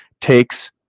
takes